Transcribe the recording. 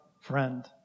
friend